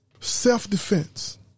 Self-defense